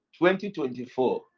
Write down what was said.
2024